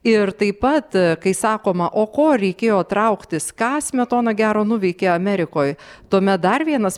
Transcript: ir taip pat kai sakoma o ko reikėjo trauktis ką smetona gero nuveikė amerikoj tuomet dar vienas